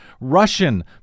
Russian